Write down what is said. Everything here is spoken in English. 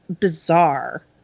bizarre